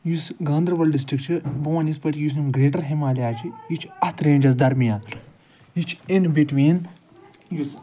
یُس گاندربَل ڈِسٹِرٛک چھُ بہٕ وَنہٕ یِتھ پٲٹھۍ یُس یِم گرٛیٹَر ہِمالِیاز چھِ یِہِ چھُ اَتھ رینٛجَس درمیان یہِ چھُ اِن بِٹویٖن یُس